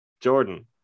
Jordan